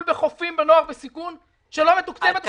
בחופים בנוער בסיכון והיא לא מתוקצבת?